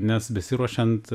nes besiruošiant